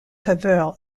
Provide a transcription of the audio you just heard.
faveur